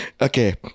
Okay